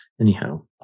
anyhow